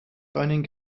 finding